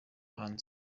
hanze